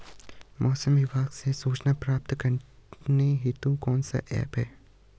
मौसम विभाग से सूचना प्राप्त करने हेतु कौन सा ऐप है?